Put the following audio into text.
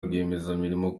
rwiyemezamirimo